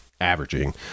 Averaging